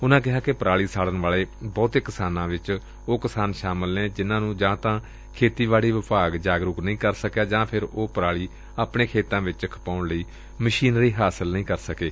ਉਨਾਂ ਕਿਹਾ ਕਿ ਪਰਾਲੀ ਸਾੜਣ ਵਾਲੇ ਬਹੁਤੇ ਕਿਸਾਨਾਂ ਵਿੱਚ ਉਹ ਕਿਸਾਨ ਸ਼ਾਮਲ ਨੇ ਜਿਨਾਂ ਨੂੰ ਜਾਂ ਤਾਂ ਖੇਤੀਬਾੜੀ ਵਿਭਾਗ ਜਾਗਰੁਕ ਨਹੀ ਕਰ ਸਕਿਆ ਜਾਂ ਫਿਰ ਉਹ ਜੋ ਪਰਾਲੀ ਆਪਣੇ ਖੇਤਾਂ ਵਿੱਚ ਖਪਾਉਣ ਲਈ ਮਸ਼ੀਨਰੀ ਹਾਸਲ ਨਹੀਂ ਕਰ ਸਕੇ